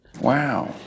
Wow